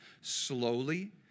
slowly